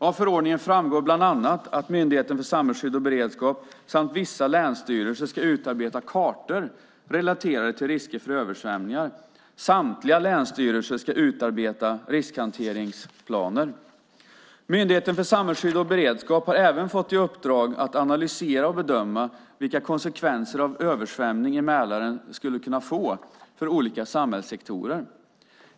Av förordningen framgår bland annat att Myndigheten för samhällsskydd och beredskap samt vissa länsstyrelser ska utarbeta kartor relaterade till risker för översvämningar. Samtliga länsstyrelser ska utarbeta riskhanteringsplaner. Myndigheten för samhällsskydd och beredskap har även fått i uppdrag att analysera och bedöma vilka konsekvenser en översvämning i Mälaren skulle kunna få för olika samhällssektorer .